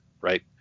Right